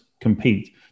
compete